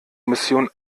missionen